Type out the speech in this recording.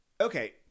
Okay